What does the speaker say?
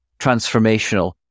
transformational